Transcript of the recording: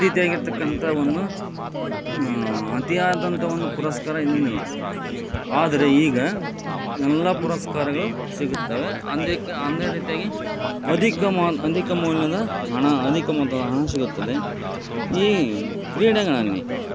ಈ ರೀತಿಯಾಗಿರ್ತಕ್ಕಂಥ ಒಂದು ಅತಿಯಾದಂಥ ಒಂದು ಪುರಸ್ಕಾರ ಇನ್ನೊಂದಿಲ್ಲ ಆದರೆ ಈಗ ಎಲ್ಲ ಪುರಸ್ಕಾರಗಳು ಸಿಗುತ್ತವೆ ಅಂದೇಕ್ ಅಂದೇ ರೀತಿಯಾಗಿ ಅಧಿಕ ಮ ಅಧಿಕ ಮೌಲ್ಯದ ಹಣ ಅಧಿಕ ಮೊತ್ತದ ಹಣ ಸಿಗುತ್ತದೆ ಈ ಕ್ರೀಡೆಗಳಲ್ಲಿ